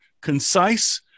concise